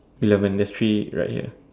eleven there's three right here